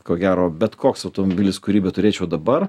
ko gero bet koks automobilis kurį beturėčiau dabar